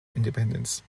independence